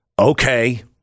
Okay